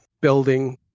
building